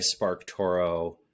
SparkToro